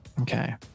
Okay